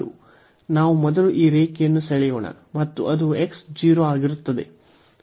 ನಾವು ಮೊದಲು ಈ ರೇಖೆಯನ್ನು ಸೆಳೆಯೋಣ ಮತ್ತು ಅದು x 0 ಆಗಿರುತ್ತದೆ